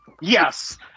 Yes